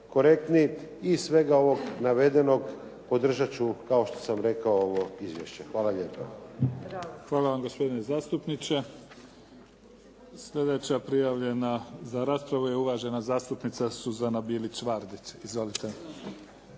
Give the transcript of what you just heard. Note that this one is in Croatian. iz svega ovog navedenog podržat ću, kao što sam rekao, ovo izvješće. Hvala lijepo. **Mimica, Neven (SDP)** Hvala vam gospodine zastupniče. Sljedeća prijavljena za raspravu je uvažena zastupnica Suzana Bilić Vardić. Izvolite.